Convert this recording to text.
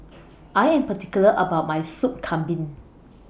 I Am particular about My Soup Kambing